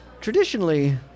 Traditionally